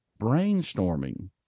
brainstorming